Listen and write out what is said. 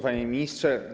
Panie Ministrze!